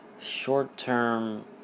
short-term